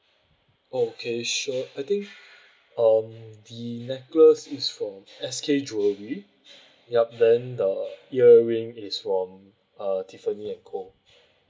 okay sure I think um the necklace is from S_K jewellery yup then the earring is from uh tiffany and co